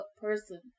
person